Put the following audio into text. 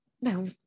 No